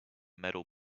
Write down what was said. metal